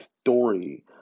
story